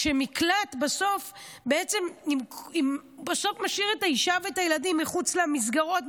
מקלט בסוף משאיר את האישה ואת הילדים מחוץ למסגרות,